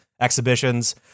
exhibitions